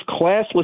classless